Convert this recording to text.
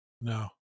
No